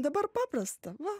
dabar paprasta va